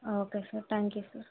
okay sir thank you sir